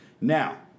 Now